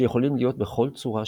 שיכולים להיות בכל צורה שהיא.